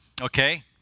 okay